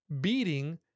beating